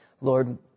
Lord